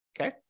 Okay